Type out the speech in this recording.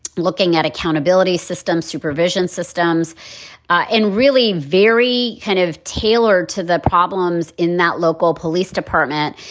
looking at accountability system, supervision systems and really very kind of tailored to the problems in that local police department.